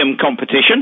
competition